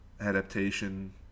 Adaptation